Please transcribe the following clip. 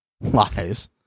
lies